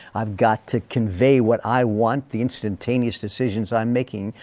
i've got to convey what i want, the instantaneous decisions i'm making,